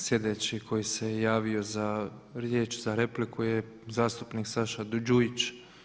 Sljedeći koji se javio za riječ za repliku je zastupnik Saša Đujić.